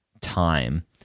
time